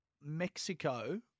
Mexico